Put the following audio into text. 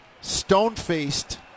stone-faced